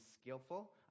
skillful